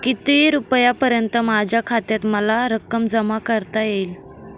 किती रुपयांपर्यंत माझ्या खात्यात मला रक्कम जमा करता येईल?